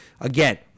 Again